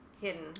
hidden